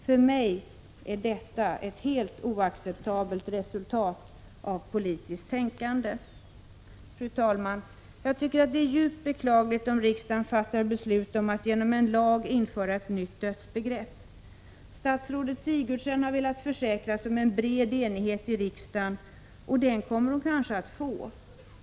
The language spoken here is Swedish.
För mig är detta ett helt oacceptabelt resultat av politiskt tänkande. Fru talman! Jag tycker att det är djupt beklagligt om riksdagen fattar beslut om att genom lag införa ett nytt dödsbegrepp. Statsrådet Sigurdsen har velat försäkra sig om en bred enighet i riksdagen, och den kommer hon kanske också att få.